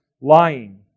lying